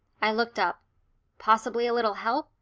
i looked up possibly a little help,